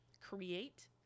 create